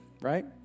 right